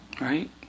Right